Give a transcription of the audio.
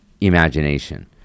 imagination